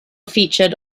featured